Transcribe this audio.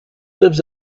lives